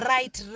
Right